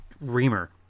Reamer